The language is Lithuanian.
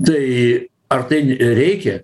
tai ar tai reikia